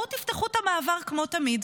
בואו תפתחו את המעבר כמו תמיד,